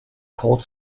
cold